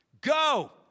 Go